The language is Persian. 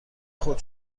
خود